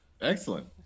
Excellent